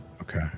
okay